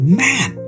man